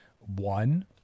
One